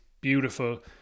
beautiful